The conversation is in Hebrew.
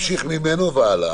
נכון, תמשיך ממנו והלאה.